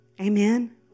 Amen